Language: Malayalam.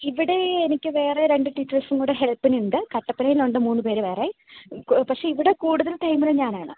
ഇവിടെ എനിക്ക് വേറെ രണ്ട് ടീച്ചേഴ്സും കൂടെ ഹെൽപ്പിന് ഉണ്ട് കട്ടപ്പനയിൽ ഉണ്ട് മൂന്ന് പേര് വേറെ പക്ഷെ ഇവിടെ കൂടുതൽ ടൈമിൽ ഞാനാണ്